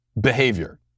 behavior